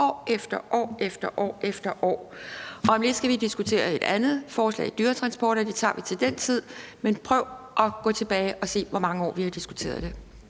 jo bare konstatere år efter år. Om lidt skal vi diskutere et andet forslag om dyretransporter, og det tager vi til den tid, men prøv at gå tilbage og se, hvor mange år vi har diskuteret det